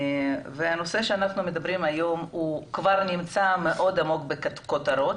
הנושא שאנחנו מדברים עליו היום נמצא כבר עמוק מאוד בכותרות.